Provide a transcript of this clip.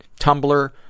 Tumblr